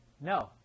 no